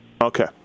Okay